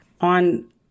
on